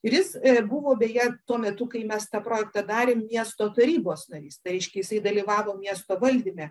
ir jis e buvo beje tuo metu kai mes tą projektą darėm miesto tarybos narys tai reiškia jisai dalyvavo miesto valdyme